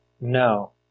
No